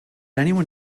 anyone